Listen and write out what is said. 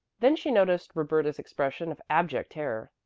then she noticed roberta's expression of abject terror.